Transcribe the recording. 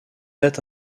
date